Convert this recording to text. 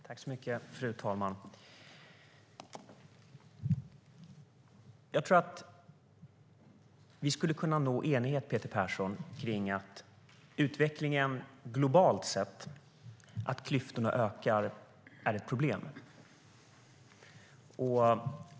Fru talman! Jag tror att vi skulle kunna nå enighet, Peter Persson, kring att utvecklingen globalt sett, alltså att klyftorna ökar, är ett problem.